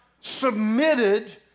submitted